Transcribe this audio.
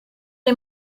les